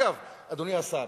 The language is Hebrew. אגב, אדוני השר,